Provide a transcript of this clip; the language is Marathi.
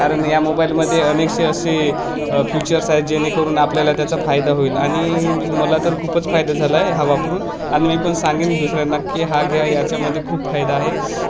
कारण या मोबाईलमध्येे अनेकसे असे फ्युचर्स आहेत जेणेकरून आपल्याला त्याचा फायदा होईल आणि मला तर खूपच फायदा झालाय हा वापरून आणि मी पण सांगेन दुसऱ्यांना की हा घ्या याच्यामध्ये खूप फायदा आहे